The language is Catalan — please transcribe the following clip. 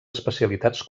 especialitats